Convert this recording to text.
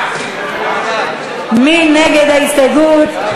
מי נגד ההסתייגות?